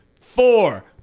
four